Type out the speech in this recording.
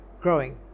growing